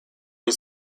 was